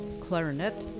clarinet